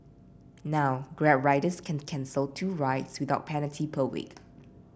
now Grab riders can cancel two rides without penalty per week